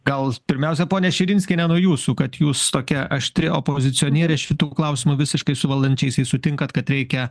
gal pirmiausia ponia širinskiene nuo jūsų kad jūs tokia aštri opozicionierė šitu klausimu visiškai su valdančiaisiais sutinkat kad reikia